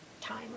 time